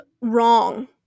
wrong